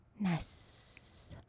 Ness